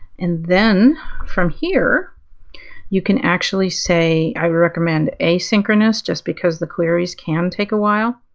and then from here you can actually say i recommend asynchronous just because the queries can take a while.